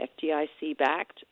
FDIC-backed